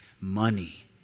money